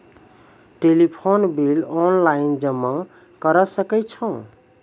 Telephone bill online जमा करै सकै छौ?